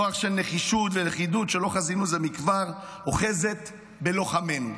רוח של נחישות ולכידות שלא חזינו זה מכבר אוחזת בלוחמינו,